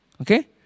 Okay